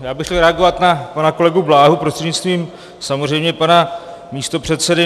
Já bych chtěl reagovat na pana kolegu Bláhu prostřednictvím samozřejmě pana místopředsedy.